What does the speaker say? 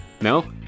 No